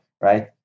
right